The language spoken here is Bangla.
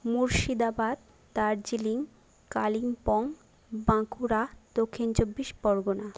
মুর্শিদাবাদ দার্জিলিং কালিম্পং বাঁকুড়া দক্ষিণ চব্বিশ পরগণা